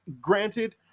granted